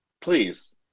Please